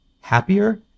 happier